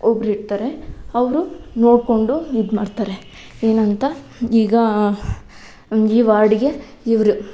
ಒಬ್ಬರಿರ್ತಾರೆ ಅವರು ನೋಡಿಕೊಂಡು ಇದು ಮಾಡ್ತಾರೆ ಏನಂತ ಈಗ ಈ ವಾರ್ಡಿಗೆ ಇವರು